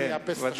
אני אאפס את השעון.